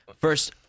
First